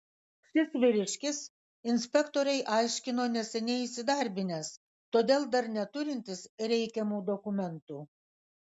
šis vyriškis inspektorei aiškino neseniai įsidarbinęs todėl dar neturintis reikiamų dokumentų